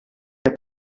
had